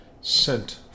sent